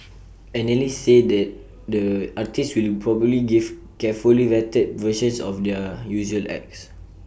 analysts say the artists will probably give carefully vetted versions of their usual acts